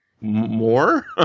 more